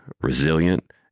resilient